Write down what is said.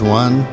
one